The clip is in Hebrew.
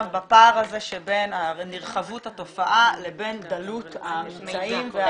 בפער שבין נרחבות התופעה לבין דלות הממצאים,